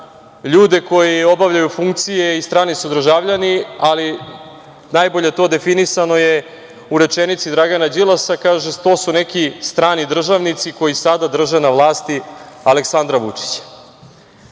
ljude koji obavljaju funkcije i strani su državljani, ali najbolje je to definisano u rečenici Dragana Đilasa, koji kaže – to su neki strani državnici koji sada drže na vlasti Aleksandra Vučića. Kada